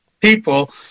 people